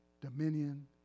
dominion